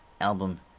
album